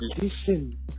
listen